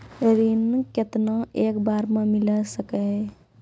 ऋण केतना एक बार मैं मिल सके हेय?